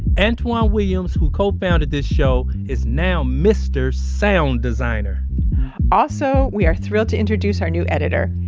antwan williams, who co-founded this show is now mister sound designer also, we are thrilled to introduce our new editor,